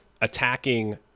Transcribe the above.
attacking